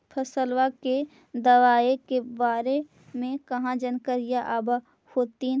फसलबा के दबायें के बारे मे कहा जानकारीया आब होतीन?